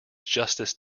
justice